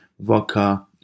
vodka